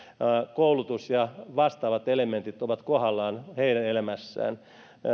koulutus ja vastaavat elementit ovat kohdallaan heidän elämässään